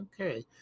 Okay